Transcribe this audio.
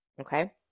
okay